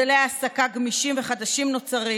מודלי העסקה גמישים וחדשים נוצרים: